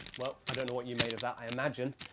well, i don't know what you made of that. i imagine,